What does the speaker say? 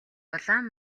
улаан